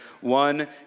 One